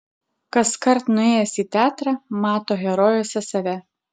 kaskart nuėjęs į teatrą mato herojuose save